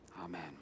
Amen